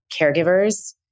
caregivers